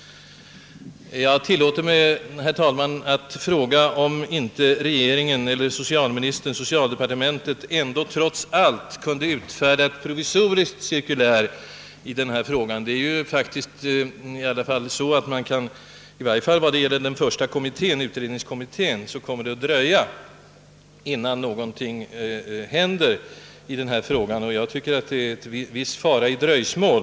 Jag tillåter mig nu, herr talman, att fråga socialministern om inte regeringen eller socialdepartementet likväl kunde åtminstone utfärda ett provisoriskt cirkulär i denna fråga. Det torde nämligen komma att dröja ganska länge innan i varje fall utredningskommittén framlägger något förslag i frågan. Jag tycker att det då föreligger en viss fara 1 dröjsmål.